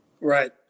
Right